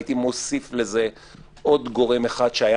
הייתי מוסיף לזה עוד גורם אחד שהיה